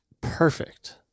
Perfect